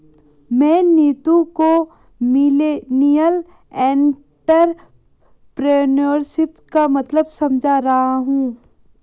मैं नीतू को millennial entrepreneurship का मतलब समझा रहा हूं